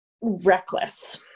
reckless